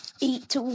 eat